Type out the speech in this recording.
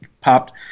popped